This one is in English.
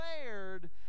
declared